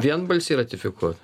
vienbalsiai ratifikuoti